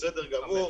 בסדר גמור.